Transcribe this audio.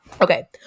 Okay